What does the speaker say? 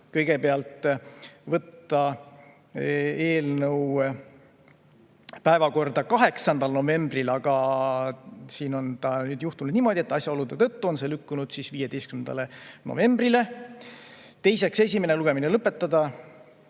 Kõigepealt, võtta eelnõu päevakorda 8. novembril, aga on juhtunud niimoodi, et asjaolude tõttu on see lükkunud 15. novembrile. Teiseks, esimene lugemine lõpetada.